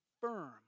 firm